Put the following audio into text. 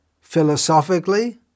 philosophically